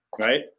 right